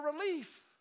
relief